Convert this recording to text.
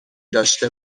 داشته